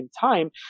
time